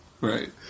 Right